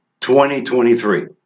2023